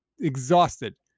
exhausted